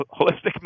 holistic